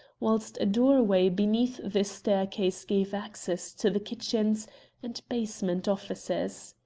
whilst a doorway beneath the staircase gave access to the kitchens and basement offices.